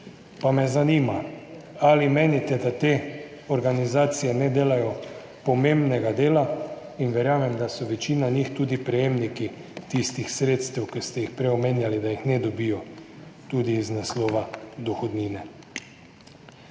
nič. Zanima me, ali menite, da te organizacije ne delajo pomembnega dela? Verjamem, da je večina njih tudi prejemnikov tistih sredstev, ki ste jih prej omenjali, da jih ne dobijo, tudi iz naslova dohodnine.